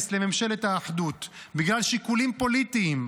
לממשלת האחדות בגלל שיקולים פוליטיים,